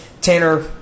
Tanner